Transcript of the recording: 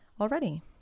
already